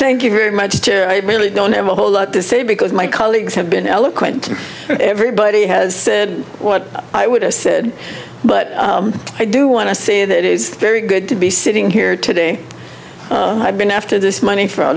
thank you very much i really don't have a whole lot to say because my colleagues have been eloquent everybody has what i would have said but i do want to say that it is very good to be sitting here today i've been after this money for a